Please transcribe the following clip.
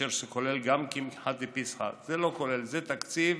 כאשר זה כולל גם קמחא דפסחא, זה לא כולל, זה תקציב